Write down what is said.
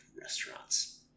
restaurants